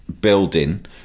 building